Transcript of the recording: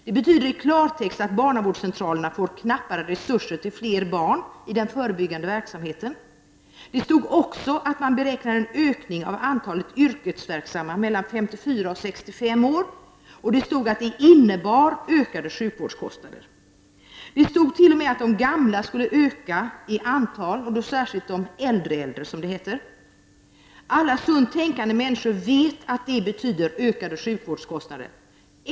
Det betyder i klartext att barnavårdscentralerna får knappare resurser till flera barn i den förebyggande verksamheten. Det står också att man räknar med en ökning av antalet yrkesverksamma mellan 54 och 65 år och att detta innebär ökade sjukvårdskostnader. Det står t.o.m. att de gamla skall öka i antal, särskilt de äldre, som det heter. Alla sunt tänkande människor vet att detta betyder ökade sjukvårdskostnader.